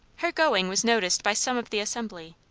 her going was noticed by some of the assembly,